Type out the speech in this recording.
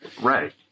Right